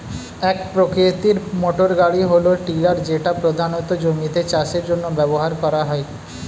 এক প্রকৃতির মোটরগাড়ি হল টিলার যেটা প্রধানত জমিতে চাষের জন্য ব্যবহার করা হয়